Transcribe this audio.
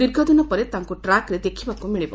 ଦୀର୍ଘଦିନ ପରେ ତାଙ୍ଙୁ ଟ୍ରାକ୍ରେ ଦେଖିବାକ ମିଳିବ